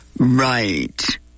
right